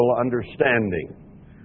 understanding